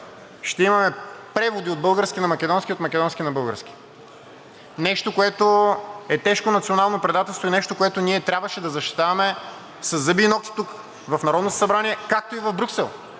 ще имаме преводи от български на македонски от македонски на български – нещо, което е тежко национално предателство, и нещо, което ние трябваше да защитаваме със зъби и нокти тук в Народното събрание, както и в Брюксел.